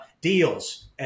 deals